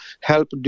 help